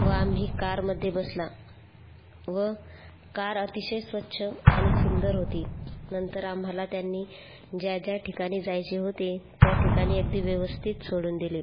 व आम्ही कारमध्ये बसला व कार अतिशय स्वच्छ आणि सुंदर होती नंतर आम्हाला त्यांनी ज्या ज्या ठिकाणी जायचे होते त्या ठिकाणी अगदी व्यवस्थित सोडून दिले